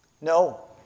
No